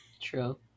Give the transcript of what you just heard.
true